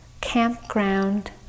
campground